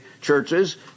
Churches